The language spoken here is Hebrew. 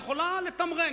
יכולה לתמרן.